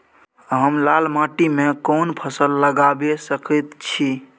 हम लाल माटी में कोन फसल लगाबै सकेत छी?